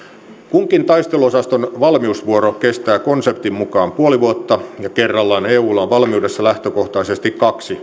kunkin taisteluosaston valmiusvuoro kestää konseptin mukaan puoli vuotta ja kerrallaan eulla on valmiudessa lähtökohtaisesti kaksi taisteluosastoa